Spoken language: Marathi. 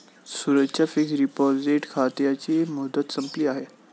सूरजच्या फिक्सड डिपॉझिट खात्याची मुदत संपली आहे